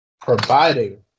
providing